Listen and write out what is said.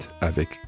avec